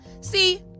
See